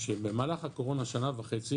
שבמהלך הקורונה שנה וחצי